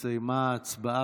הסתיימה ההצבעה.